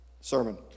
sermon